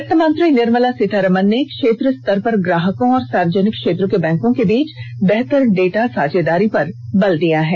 वित्तमंत्री निर्मला सीतारामन ने क्षेत्र स्तर पर ग्राहकों और सार्वजनिक क्षेत्र के बैंकों के बीच बेहतर डेटा साझेदारी पर बल दिया है